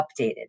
updated